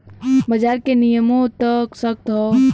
बाजार के नियमों त सख्त हौ